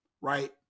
Right